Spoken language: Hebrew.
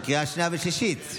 זה קריאה שנייה ושלישית.